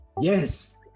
Yes